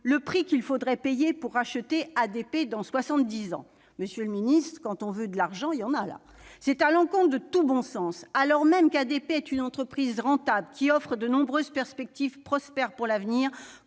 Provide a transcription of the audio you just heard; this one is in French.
le prix qu'il faudrait payer pour racheter ADP dans soixante-dix ans ! Monsieur le secrétaire d'État, quand on cherche de l'argent : là, il y en a ! C'est à l'encontre de tout bon sens, alors même qu'ADP est une entreprise rentable qui offre de nombreuses perspectives prospères pour l'avenir,